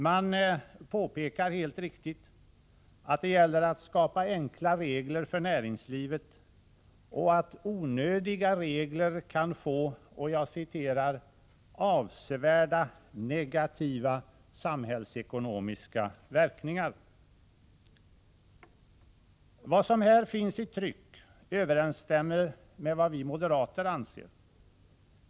Man påpekar — helt riktigt — att det gäller att skapa enkla regler för näringslivet och att onödiga regler kan få ”avsevärda negativa samhällsekonomiska verkningar”. Vad som här finns i tryck överensstämmer med vad vi moderater anser.